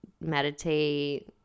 meditate –